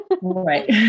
Right